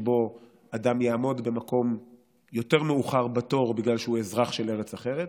שבו אדם יעמוד במקום יותר מאוחר בתור בגלל שהוא אזרח של ארץ אחרת,